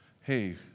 hey